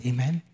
Amen